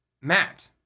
Matt